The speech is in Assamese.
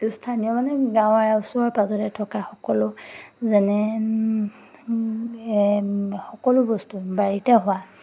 স্থানীয় মানে গাঁৱৰে ওচৰে পাঁজৰে থকা সকলো যেনে সকলো বস্তু বাৰীতে হোৱা